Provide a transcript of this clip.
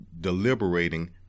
deliberating